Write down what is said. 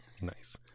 Nice